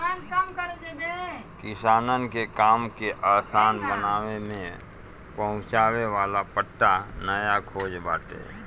किसानन के काम के आसान बनावे में पहुंचावे वाला पट्टा नया खोज बाटे